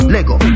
Lego